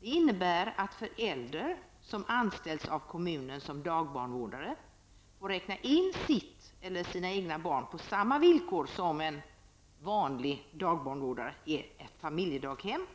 Det innebär att föräldrar som anställs av kommunen som dagbarnvårdare får räkna in sitt eller sina egna barn på samma villkor som en vanlig dagbarnvårdare i ett familjedaghem,